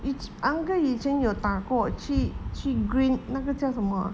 it's uncle 以前有打过去去 green 那个叫什么